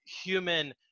human